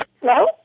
Hello